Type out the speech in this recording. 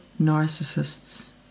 narcissists